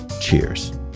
Cheers